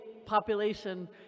population